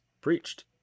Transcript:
preached